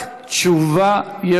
רק תשובה.